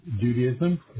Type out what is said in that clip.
Judaism